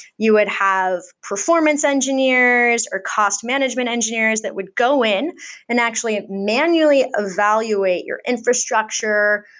you would have performance engineers, or cost management engineers that would go in and actually manually evaluate your infrastructure,